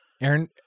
Aaron